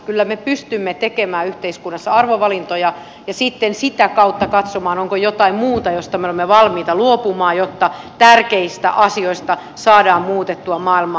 kyllä me pystymme tekemään yhteiskunnassa arvovalintoja ja sitten sitä kautta katsomaan onko jotain muuta josta me olemme valmiita luopumaan jotta tärkeistä asioista saadaan muutettua maailmaa